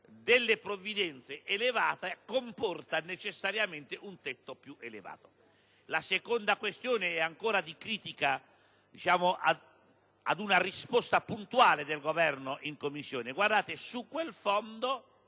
delle provvidenze comporta necessariamente un tetto più elevato. La seconda questione è ancora di critica ad una risposta puntuale del Governo in Commissione, ovvero che su quel Fondo